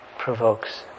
Provokes